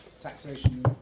taxation